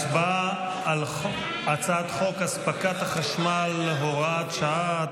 אנחנו עוברים להצבעה על הצעת חוק אספקת החשמל (הוראת שעה),